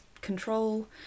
control